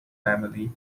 family